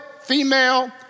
female